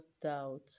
doubt